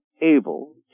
able